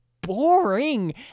Boring